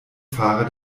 fahrer